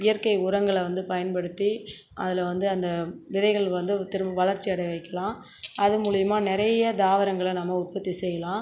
இயற்கை உரங்களை வந்து பயன்படுத்தி அதில் வந்து அந்த விதைகள் வந்து திரும்ப வளர்ச்சி அடைய வைக்கலாம் அது மூலியமாக நிறைய தாவரங்களளை நம்ம உற்பத்தி செய்யலாம்